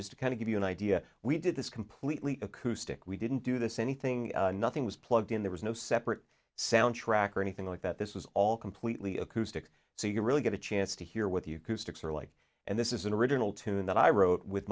to kind of give you an idea we did this completely acoustic we didn't do this anything nothing was plugged in there was no separate soundtrack or anything like that this was all completely acoustic so you really get a chance to hear what you could fix or like and this is an original tune that i wrote with